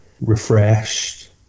refreshed